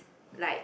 like